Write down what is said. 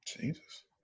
Jesus